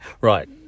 Right